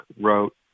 wrote